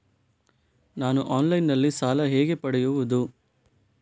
ನಾನು ಆನ್ಲೈನ್ನಲ್ಲಿ ಸಾಲ ಹೇಗೆ ಪಡೆಯುವುದು?